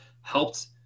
helped